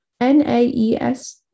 NAES